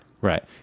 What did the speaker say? Right